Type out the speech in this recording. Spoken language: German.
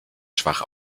schwach